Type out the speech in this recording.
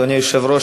אדוני היושב-ראש,